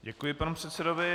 Děkuji panu předsedovi.